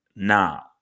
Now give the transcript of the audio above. Now